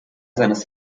seines